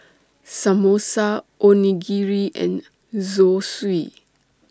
Samosa Onigiri and Zosui